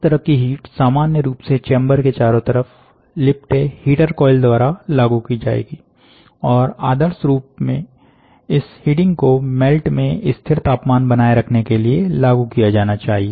इस तरह की हीट सामान्य रूप से चेंबर के चारों तरफ लिपटे हिटर कॉइल द्वारा लागू की जाएगी और आदर्श रूप में इस हीटिंग को मेल्ट में स्थिर तापमान बनाए रखने के लिए लागू किया जाना चाहिए